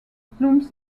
blooms